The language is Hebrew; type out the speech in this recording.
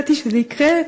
סליחה, ידעתי שזה יקרה.